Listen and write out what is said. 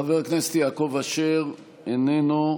חבר הכנסת יעקב אשר, איננו.